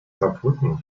saarbrücken